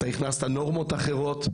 אתה הכנסת נורמות אחרות,